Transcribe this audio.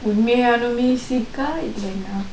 உன்மையானவெ:unmaiyaanave sick இல்லனா:illainaa